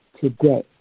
today